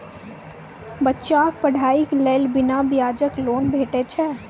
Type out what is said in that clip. बच्चाक पढ़ाईक लेल बिना ब्याजक लोन भेटै छै?